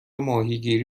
ماهیگیری